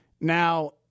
Now